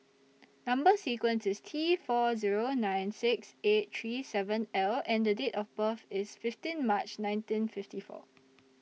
Number sequence IS T four Zero nine six eight three seven L and Date of birth IS fifteen March nineteen fifty four